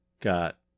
got